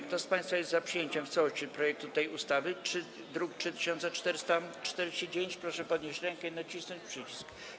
Kto z państwa jest za przyjęciem w całości projektu tej ustawy, druk nr 3449, proszę podnieść rękę i nacisnąć przycisk.